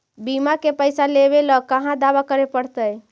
बिमा के पैसा लेबे ल कहा दावा करे पड़तै?